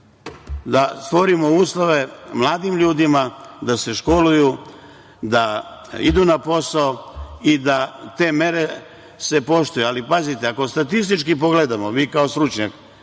Da stvorimo uslove mladim ljudima da se školuju, da idu na posao i da se te mere poštuju. Ali, pazite, ako statistički pogledamo, vi kao stručnjak,